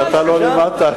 שאתה לא לימדת,